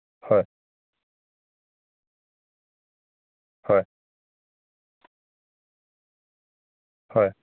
হয় হয় হয়